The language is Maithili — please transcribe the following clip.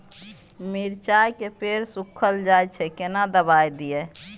मिर्चाय के पेड़ सुखल जाय छै केना दवाई दियै?